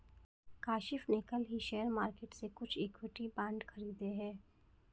काशिफ़ ने कल ही शेयर मार्केट से कुछ इक्विटी बांड खरीदे है